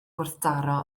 gwrthdaro